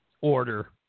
order